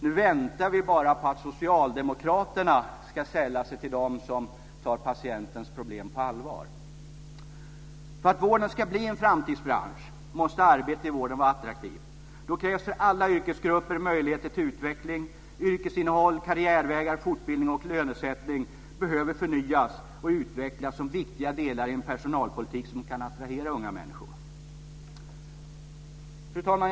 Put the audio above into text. Nu väntar vi bara på att socialdemokraterna ska sälla sig till dem som tar patientens problem på allvar. För att vården ska bli en framtidsbransch måste arbetet i vården vara attraktivt. Då krävs för alla yrkesgrupper möjligheter till utveckling. Yrkesinnehåll, karriärvägar, fortbildning och lönesättning behöver förnyas och utvecklas som viktiga delar av en personalpolitik som kan attrahera unga människor. Fru talman!